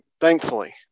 thankfully